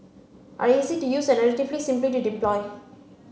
are easy to use and relatively simple to deploy